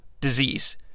disease